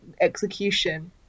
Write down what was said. execution